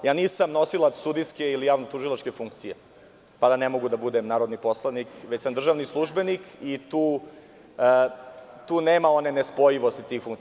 Nisam nosilac sudijske ili javnotužilačke funkcije pa da ne mogu da budem narodni poslanik, već sam državni službenik i tu nema one nespojivosti tih funkcija.